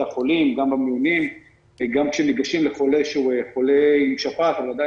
החולים וגם במיונים וגם כשניגשים לחולה שפעת אבל עדין